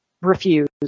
refuse